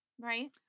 Right